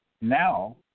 now